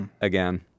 again